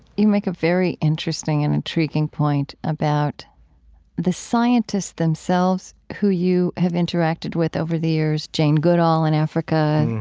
you make a very interesting and intriguing point about the scientists themselves who you have interacted with over the years jane goodall in africa,